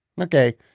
Okay